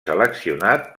seleccionat